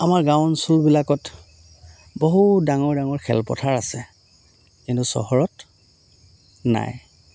আমাৰ গাঁও অঞ্চলবিলাকত বহু ডাঙৰ ডাঙৰ খেলপথাৰ আছে কিন্তু চহৰত নাই